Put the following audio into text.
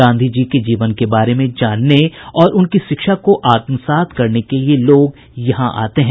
गांधी जी के जीवन के बारे में जानने और उनकी शिक्षा को आत्मसात करने के लिए लोग यहां आते हैं